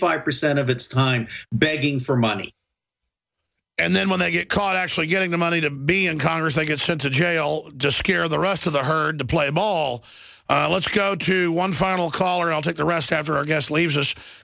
five percent of its time begging for money and then when they get caught actually getting the money to be in congress they get sent to jail just scare the rest of the herd to play ball let's go to one final call or i'll take the rest of our guest leaves us